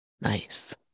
Nice